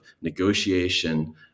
negotiation